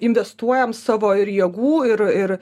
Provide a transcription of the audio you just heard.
investuojam savo ir jėgų ir ir